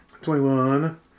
Twenty-one